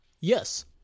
Yes